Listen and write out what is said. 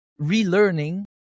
relearning